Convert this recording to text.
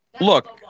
look